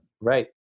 Right